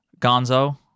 gonzo